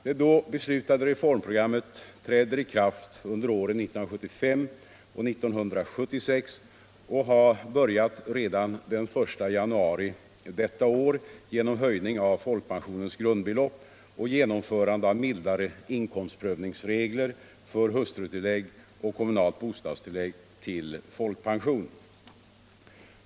Det då beslutade reformprogrammet träder i kraft under åren 1975 och 1976 och har börjat redan den 1 januari detta år genom höjning av folkpensionens grundbelopp och genomförande av mildare inkomstprövningsregler för hustrutillägg och kommunalt bostadstillägg till folkpension.